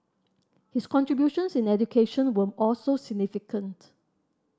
his contributions in education were also significant